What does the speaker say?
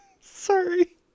Sorry